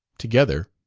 together.